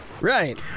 Right